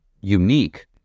unique